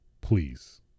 Please